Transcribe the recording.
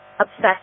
obsessed